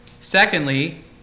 Secondly